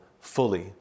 fully